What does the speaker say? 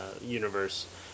universe